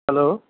hello